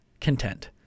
content